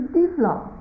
develop